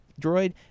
droid